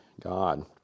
God